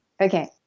Okay